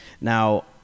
Now